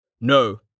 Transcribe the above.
No